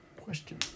Question